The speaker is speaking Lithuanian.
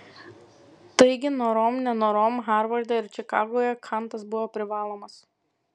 taigi norom nenorom harvarde ir čikagoje kantas buvo privalomas